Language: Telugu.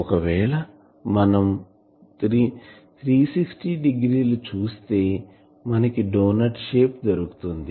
ఒకవేళ మనం 360 డిగ్రీలు చుస్తే మనకి డోనట్ షేప్ దొరుకుతుంది